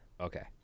Okay